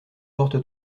porte